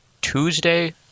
Tuesday